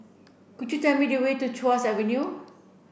could you tell me the way to Tuas Avenue